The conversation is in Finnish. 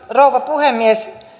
rouva puhemies